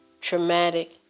traumatic